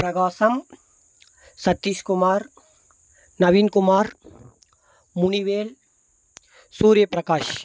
Prakasam Satheeshkumar Naveenkumar Munivel Suryaprakash